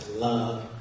love